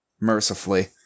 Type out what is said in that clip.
mercifully